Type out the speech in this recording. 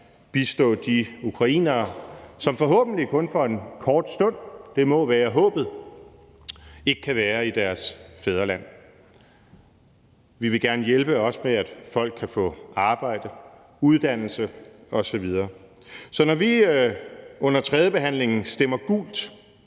bistå de ukrainere, som forhåbentlig kun for en kort stund – det må være håbet – ikke kan være i deres fædreland. Vi vil gerne hjælpe, også med at folk kan få arbejde, uddannelse osv. Så når vi under tredjebehandlingen stemmer gult